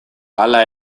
hala